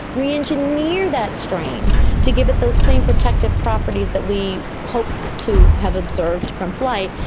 re-engineer that strain to give it those same protective properties that we hope to have observed from flight,